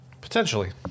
Potentially